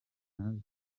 ntazi